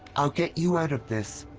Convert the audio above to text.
i'll get you out of this!